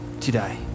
today